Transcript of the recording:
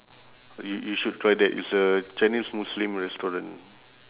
you you should try that it's a chinese muslim restaurant